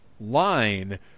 line